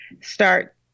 start